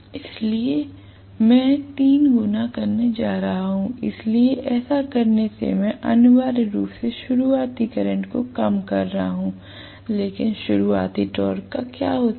इसलिए मैं तीन गुना करने जा रहा हूं इसलिए ऐसा करने से मैं अनिवार्य रूप से शुरुआती करंट को कम कर रहा हूं लेकिन शुरुआती टॉर्क का क्या होता है